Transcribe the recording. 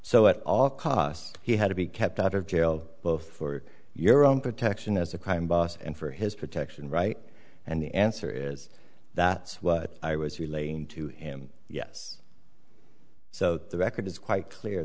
so at all costs he had to be kept out of jail both for your own protection as a crime boss and for his protection right and the answer is that is what i was relating to him yes so the record is quite clear